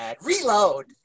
Reload